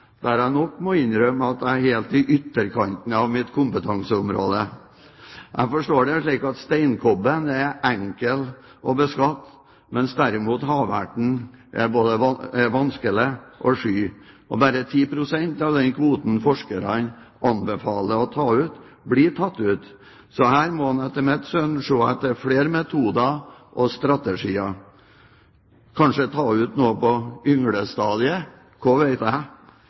der jeg nok må innrømme at jeg er helt i ytterkanten av mitt kompetanseområde. Jeg forstår det slik at steinkobben er enkel å beskatte, mens derimot haverten er både vanskelig og sky. Og bare 10 pst. av den kvoten forskerne anbefaler å ta ut, blir tatt ut. Så her må man, etter mitt skjønn, se etter flere metoder og strategier. Kanskje ta ut noe på ynglestadiet, hva vet jeg? Det er